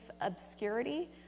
obscurity